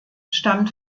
stammt